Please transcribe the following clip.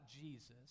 Jesus